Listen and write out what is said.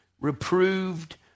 reproved